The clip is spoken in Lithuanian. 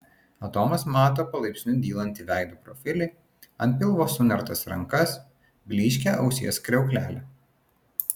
adomas mato palaipsniui dylantį veido profilį ant pilvo sunertas rankas blyškią ausies kriauklelę